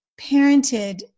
parented